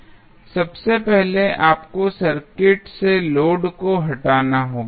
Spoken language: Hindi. सबसे पहले आपको सर्किट से लोड को हटाना होगा